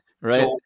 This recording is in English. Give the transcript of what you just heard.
Right